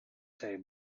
tape